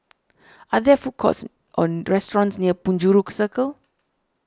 are there food courts or restaurants near Penjuru Circle